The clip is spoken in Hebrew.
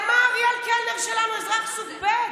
על מה אריאל קלנר שלנו אזרח סוג ב'?